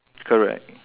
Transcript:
correct